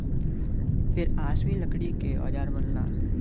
फिर आसमी लकड़ी के औजार बनला